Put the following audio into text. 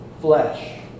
flesh